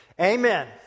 Amen